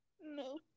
No